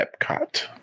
EPCOT